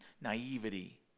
naivety